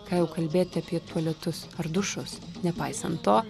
ką jau kalbėti apie tualetus ar dušus nepaisant to